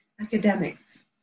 academics